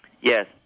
Yes